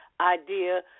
idea